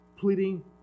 pleading